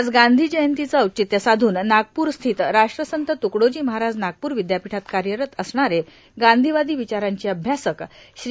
आज गांधी जयंतीचं औचित्य साधून नागपूरस्थित राष्ट्रसंत तुकडोजी महाराज नागपूर विद्यापीठात कार्यरत असणारे गांधीवादी विचारांचे अभ्यासक श्री